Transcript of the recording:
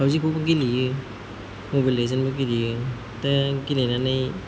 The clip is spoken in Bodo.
पाबजिखौबो गेलेयो मबाइल लेजेन्डबो गेलेयो दा गेलेनानै